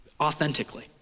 authentically